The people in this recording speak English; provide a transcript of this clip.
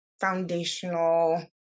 foundational